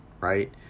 right